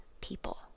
people